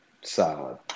solid